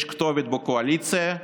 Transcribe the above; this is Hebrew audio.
יש כתובת בקואליציה,